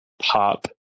pop